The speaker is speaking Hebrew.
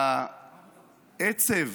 והעצב